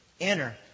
enter